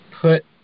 put